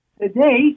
today